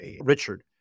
Richard